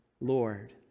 Lord